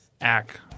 act